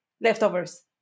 leftovers